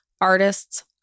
artists